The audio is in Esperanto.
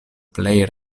plej